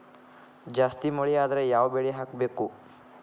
ಜಾಸ್ತಿ ಮಳಿ ಆದ್ರ ಯಾವ ಬೆಳಿ ಹಾಕಬೇಕು?